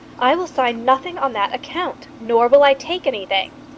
i will sign nothing on that account nor will i take anything.